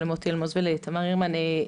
למוטי אלמוז ולתמר הרמן.